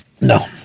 No